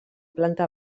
planta